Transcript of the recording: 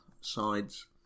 sides